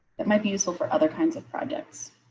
that might be useful for other kinds of projects.